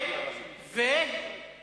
קמפיין בעד ארץ-ישראל ומדינת ישראל.